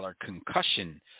concussion